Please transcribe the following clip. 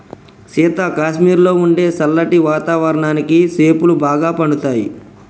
సీత కాశ్మీరులో ఉండే సల్లటి వాతావరణానికి సేపులు బాగా పండుతాయి